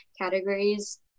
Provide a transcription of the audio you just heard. categories